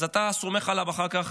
אז אתה סומך עליו אחר כך